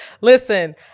listen